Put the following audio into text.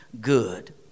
good